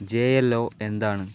J L O എന്താണ്